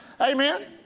Amen